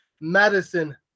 Madison